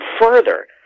further